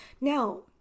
Now